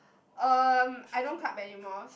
um I don't club anymore so